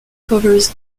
covers